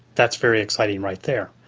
that's very exciting right there.